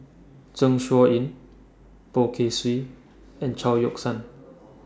Zeng Shouyin Poh Kay Swee and Chao Yoke San